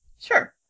Sure